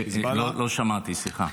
לא שמעתי, סליחה.